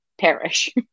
perish